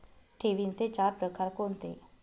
ठेवींचे चार प्रकार कोणते?